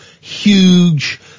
huge